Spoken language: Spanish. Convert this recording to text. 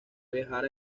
viajar